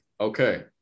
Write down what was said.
Okay